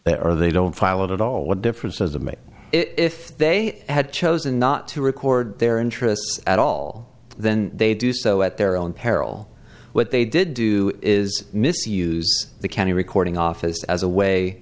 they are they don't file it at all what difference does it make if they had chosen not to record their interests at all then they do so at their own peril what they did do is misuse the county recording office as a way